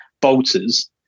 bolters